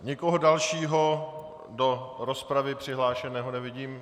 Nikoho dalšího do rozpravy přihlášeného nevidím.